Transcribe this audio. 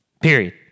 Period